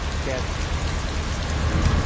gets the